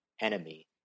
enemy